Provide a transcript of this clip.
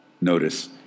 Notice